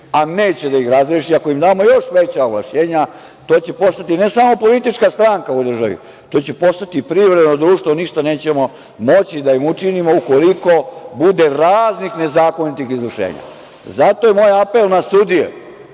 a neće da ih razreši ako im damo još veća ovlašćenja, to će postati ne samo politička stranka u državi, to će postati privredno društvo i ništa nećemo moći da im učinimo ukoliko bude raznih nezakonitih izvršenja. Zato je moj apel na sudije